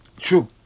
True